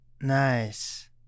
Nice